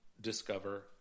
discover